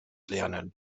lernen